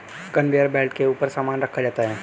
conveyor belt के ऊपर सामान रखा जाता है